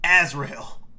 Azrael